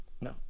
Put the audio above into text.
No